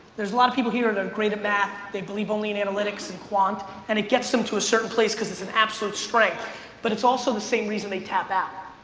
there's a lot of people here and a great at math, they believe only in analytics and quant and it gets them to a certain place cause it's an absolute strength but it's also the same reason they tap out.